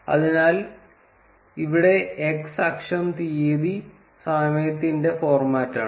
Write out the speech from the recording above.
അതിനാൽ ഇവിടെ x അക്ഷം തീയതി സമയത്തിന്റെ ഫോർമാറ്റാണ്